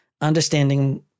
understanding